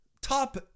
top